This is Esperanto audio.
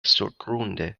surgrunde